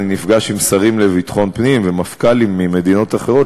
אני נפגש עם שרים לביטחון פנים ומפכ"לים ממדינות אחרות,